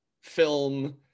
film